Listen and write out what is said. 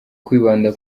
kwibanda